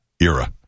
era